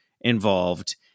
involved